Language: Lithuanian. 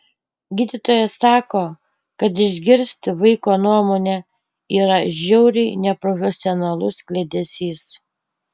gydytojas sako kad išgirsti vaiko nuomonę yra žiauriai neprofesionalus kliedesys